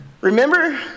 Remember